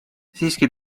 siiski